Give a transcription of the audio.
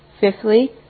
fifthly